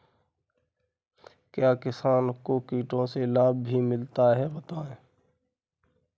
क्या किसानों को कीटों से लाभ भी मिलता है बताएँ?